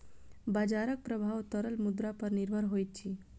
बजारक प्रभाव तरल मुद्रा पर निर्भर होइत अछि